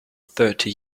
thirty